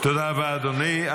תודה רבה, אדוני.